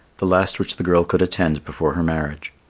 the last which the girl could attend before her marriage.